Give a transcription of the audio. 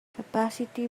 capacity